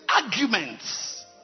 arguments